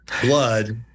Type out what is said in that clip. blood